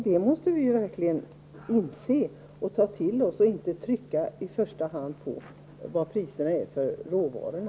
Det måste vi inse och ta till oss och inte i första hand se på råvarupriserna.